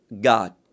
god